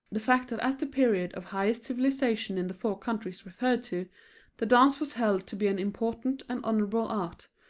the fact that at the period of highest civilization in the four countries referred to the dance was held to be an important and honorable art,